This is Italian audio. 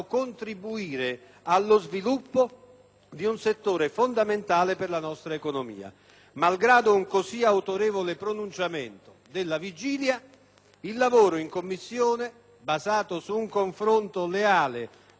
di un settore fondamentale per la nostra economia». Malgrado un così autorevole pronunciamento della vigilia, il lavoro in Commissione, basato su un confronto leale dagli esiti praticamente unitari,